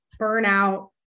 burnout